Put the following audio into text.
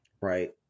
right